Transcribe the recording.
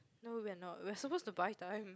no we are not we are supposed to buy time